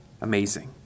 Amazing